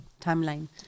timeline